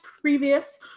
previous